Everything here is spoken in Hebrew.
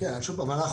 שוב פעם,